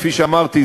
כפי שאמרתי,